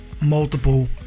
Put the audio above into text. multiple